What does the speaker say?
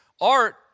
art